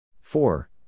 Four